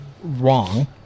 Wrong